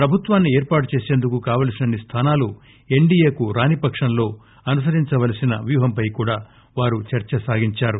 ప్రభుత్వాన్ని ఏర్పాటు చేసేందుకు కావలసినన్ని స్థానాలు ఎస్ డి ఎ కు రాని పక్షంలో అనుసరించాల్పిన వ్యూహంపై కూడా వారు చర్సలు చేశారు